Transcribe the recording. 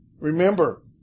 Remember